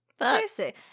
Crazy